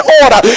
order